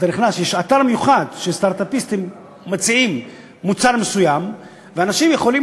יש אתר מיוחד שסטרט-אפיסטים מציעים מוצר מסוים ואנשים יכולים